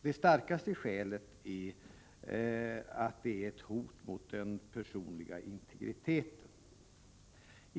Det starkaste skälet är att förfarandet är ett hot mot den personliga integriteten.